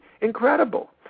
incredible